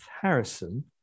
Harrison